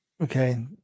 Okay